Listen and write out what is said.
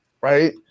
right